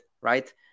right